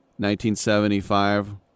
1975